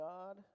God